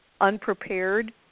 unprepared